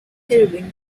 irving